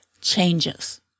Changes